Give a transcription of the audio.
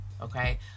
Okay